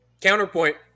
Counterpoint